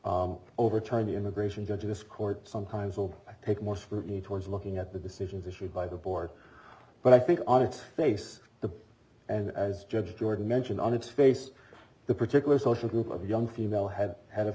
overturn the immigration judge this court sometimes will take more scrutiny towards looking at the decisions issued by the board but i think on its face the and as judge jordan mentioned on its face the particular social group of young female head head of